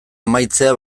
amaitzea